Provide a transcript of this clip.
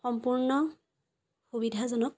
সম্পূৰ্ণ সুবিধাজনক